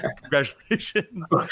Congratulations